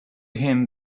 him